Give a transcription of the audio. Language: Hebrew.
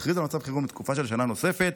להכריז על מצב חירום לתקופה של שנה נוספת,